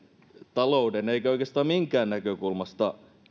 talouden eikä oikeastaan minkään näkökulmasta